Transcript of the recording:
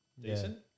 decent